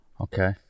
Okay